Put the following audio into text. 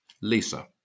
Lisa